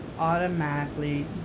automatically